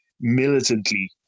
militantly